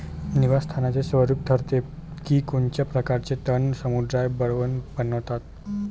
निवास स्थानाचे स्वरूप ठरवते की कोणत्या प्रकारचे तण समुदाय प्रबळ बनतात